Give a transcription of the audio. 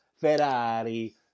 Ferrari